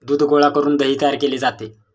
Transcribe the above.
दूध गोळा करून दही तयार केले जाते